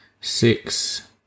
six